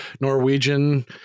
Norwegian